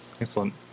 Excellent